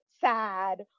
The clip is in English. sad